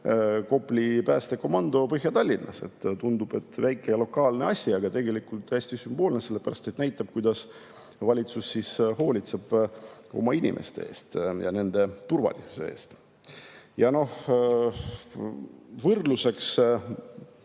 Kopli päästekomando Põhja-Tallinnas. Tundub, et väike ja lokaalne asi, aga tegelikult hästi sümboolne, sest näitab, kas valitsus hoolitseb oma inimeste eest ja nende turvalisuse eest. Võrdluseks: